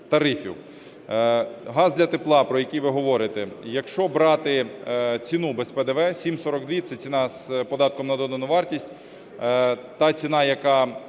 Газ для тепла, про який ви говорите. Якщо брати ціну без ПДВ, 7,42 – це ціна з податком на додану вартість. Та ціна, яка